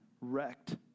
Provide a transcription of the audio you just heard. wrecked